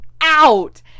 out